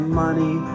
money